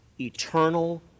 eternal